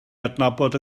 adnabod